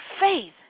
faith